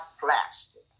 plastic